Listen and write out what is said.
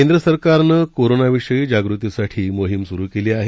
केंद्र सरकारनं कोरोनाविषयी जागृतीसाठी मोहीम सुरु केली आहे